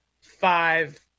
five